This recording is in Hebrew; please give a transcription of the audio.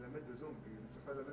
שלא נשלה את עצמנו, זאת לא ממשלת חירום.